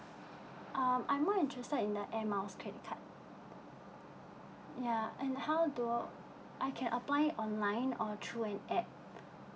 uh I'm more interested in the air miles credit card ya and how do I can apply online or through an app